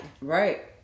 right